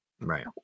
right